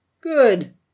Good